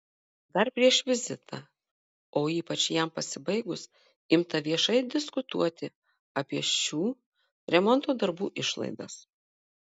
dar prieš vizitą o ypač jam pasibaigus imta viešai diskutuoti apie šių remonto darbų išlaidas